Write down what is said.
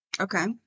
Okay